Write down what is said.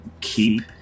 keep